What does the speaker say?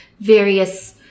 various